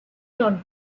not